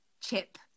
Chip